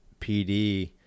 PD